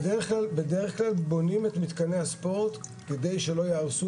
בדרך-כלל בונים את מתקני הספורט כדי שלא ייהרס.